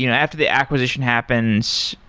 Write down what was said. you know after the acquisition happens,